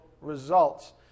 results